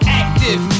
active